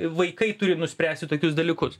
vaikai turi nuspręsti tokius dalykus